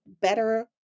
better